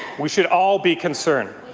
we should all be concerned.